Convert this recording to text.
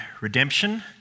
redemption